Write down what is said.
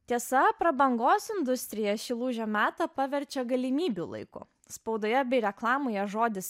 tiesa prabangos industrija šį lūžio metą paverčia galimybių laiku spaudoje bei reklamoje žodis